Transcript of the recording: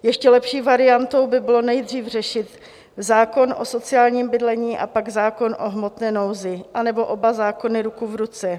Ještě lepší variantou by bylo nejdřív řešit zákon o sociálním bydlení a pak zákon o hmotné nouzi, anebo oba zákony ruku v ruce.